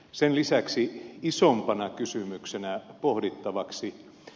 sen lisäksi isompana kysymyksenä pohdittavaksi